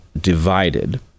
divided